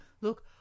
look